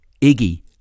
Iggy